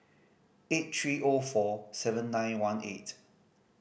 eight three O four seven nine one eight